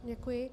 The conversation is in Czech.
Děkuji.